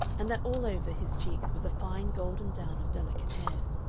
and that all over his cheeks was a fine golden down of delicate hairs.